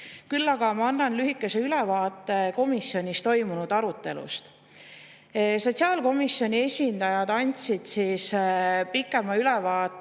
Küll aga annan lühikese ülevaate komisjonis toimunud arutelust. Sotsiaalkomisjoni esindajad andsid pikema ülevaate